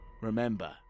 Remember